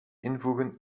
invoegen